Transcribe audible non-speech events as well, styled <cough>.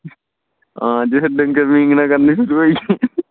<unintelligible>